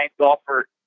golfer